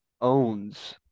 owns